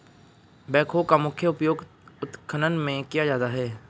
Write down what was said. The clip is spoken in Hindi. बैकहो का मुख्य उपयोग उत्खनन में किया जाता है